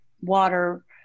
water